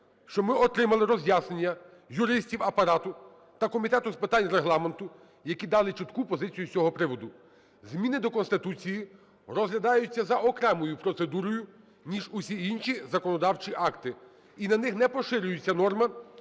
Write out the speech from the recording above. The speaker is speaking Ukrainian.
що ми отримали роз'яснення юристів Апарату та Комітету з питань Регламенту, які дали чітку позицію з цього приводу. Зміни до Конституції розглядаються за окремою процедурою ніж усі інші законодавчі акти, і на них не поширюється норма